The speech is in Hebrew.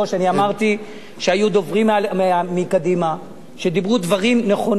אני אמרתי שהיו דוברים מקדימה שדיברו דברים נכונים,